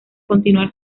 continuar